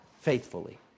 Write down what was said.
faithfully